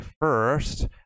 first